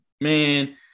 Man